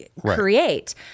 create